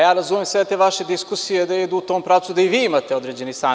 Ja razumem sve te vaše diskusije da idu u tom pravcu da i vi imate određeni san.